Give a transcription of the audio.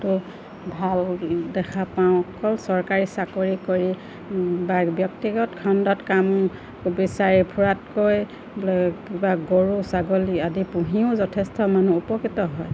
ত' ভাল দেখা পাওঁ অকল চৰকাৰী চাকৰি কৰি বা ব্যক্তিগত খণ্ডত কাম বিচাৰি ফুৰাতকৈ বোলে কিবা গৰু ছাগলী আদি পুহিও যথেষ্ট মানুহ উপকৃত হয়